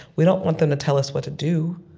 we don't want them to tell us what to do,